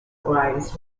grades